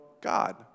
God